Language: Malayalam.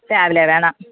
രാവിലെ വേണം